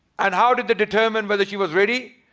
and how did the determine whether she was ready?